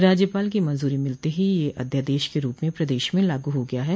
राज्यपाल की मंजूरी मिलते ही यह अध्यादेश के रूप में प्रदेश में लागू हो गया है